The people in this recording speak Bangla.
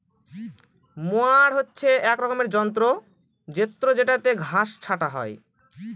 মোয়ার হচ্ছে এক রকমের যন্ত্র জেত্রযেটাতে ঘাস ছাটা হয়